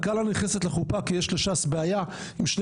הכלה נכנסת לחופה כי יש לש"ס בעיה עם שני